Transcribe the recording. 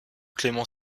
clément